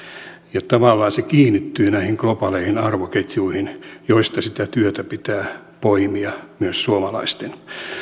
ja tavallaan se kiinnittyy näihin globaaleihin arvoketjuihin joista sitä työtä pitää poimia myös suomalaisten